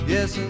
Yes